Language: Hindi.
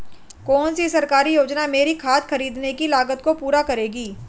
कौन सी सरकारी योजना मेरी खाद खरीदने की लागत को पूरा करेगी?